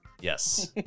Yes